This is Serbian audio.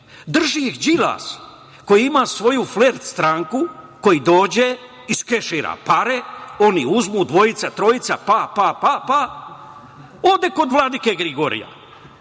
Drži ih Đilas koji ima svoju flert stranku, koji dođe, iskešira pare, oni uzmu, dvojica, trojica, pa, pa, pa.. ode kod vladike Gligorija.